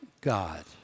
God